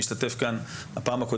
שמשתתף בדיון הזה,